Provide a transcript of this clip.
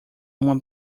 uma